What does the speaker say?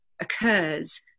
occurs